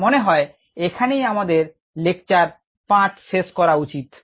আমার মনে হয় এখানেই আমাদের লেকচার 5 শেষ করা উচিত